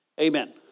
Amen